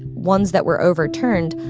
ones that were overturned,